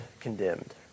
condemned